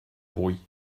brouis